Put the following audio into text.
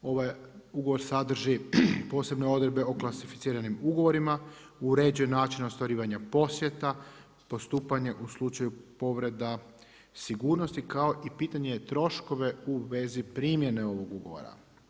Ovaj ugovor sadrži posebne odredbe o klasificiranim ugovorima, uređen način ostvarivanja posjeta, postupanje u slučaju povreda sigurnosti kao i pitanje troškova u vezi primjene ovog ugovora.